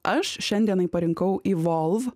aš šiandienai parinkau ivolv